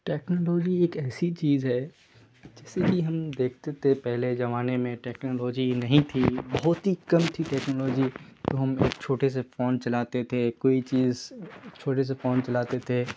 technology ایک ایسی چیز ہے جیسے کہ ہم دیکھتے تھے پہلے زمانے میں ٹیکنالوجی نہیں تھی بہت ہی کم تھی ٹیکنالوجی تو ہم ایک چھوٹے سے فون چلاتے تھے کوئی چیز چھوٹے سے فون چلاتے تھے